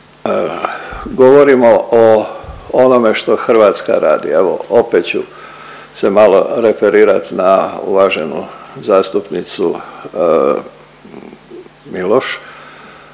govorimo o onome što Hrvatska radi, evo opet ću se malo referirat na uvaženu zastupnicu Miloš,